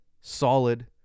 solid